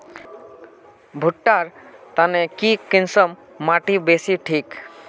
भुट्टा र तने की किसम माटी बासी ठिक?